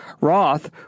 Roth